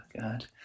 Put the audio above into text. God